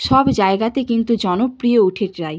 সব জায়গাতে কিন্তু জনপ্রিয় উঠে যায়